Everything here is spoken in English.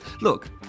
Look